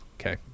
okay